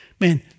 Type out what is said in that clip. Man